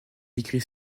écrit